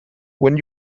when